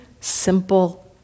simple